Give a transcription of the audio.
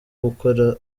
gukora